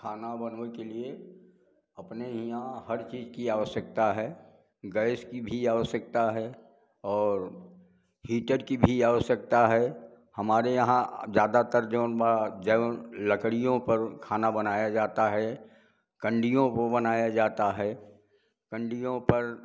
खाना बनवइ के लिए अपने इहाँ हर चीज की आवश्यकता है गैस की भी आवश्यकता है और हीटर की भी आवश्यकता है हमारे यहाँ ज्यादातर जौन बा लड़कियों पर खाना बनाया जाता है कंडियों को बनाया जाता है कंडियों पर